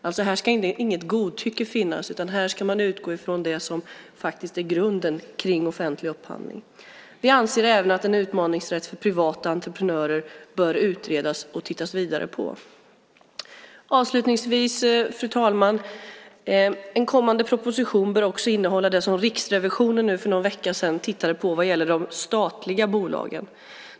Här ska alltså inget godtycke finnas, utan här ska man utgå från det som faktiskt är grunden i offentlig upphandling. Vi anser även att en utmaningsrätt för privata entreprenörer bör utredas vidare. Avslutningsvis: En kommande proposition bör också innehålla det som Riksrevisionen för någon vecka sedan tittade på vad gäller de statliga bolagen.